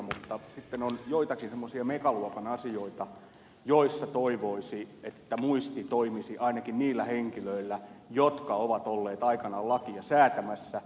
mutta sitten on joitakin semmoisia megaluokan asioita joissa toivoisi että muisti toimisi ainakin niillä henkilöillä jotka ovat olleet aikanaan lakia säätämässä